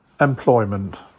Employment